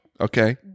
Okay